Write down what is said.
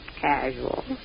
casual